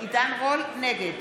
נגד